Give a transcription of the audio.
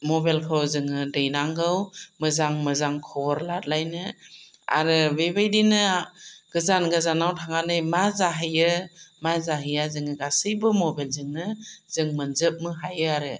मबाइलखौ जोङो दैनांगौ मोजां मोजां खबर लालायनो आरो बेबायदिनो गोजान गोजानाव थांनानै मा जाहैयो मा जाहैया जोङो गासैबो मबाइलजोंनो जों मोनजोबनो हायो आरो